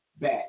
back